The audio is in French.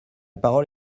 parole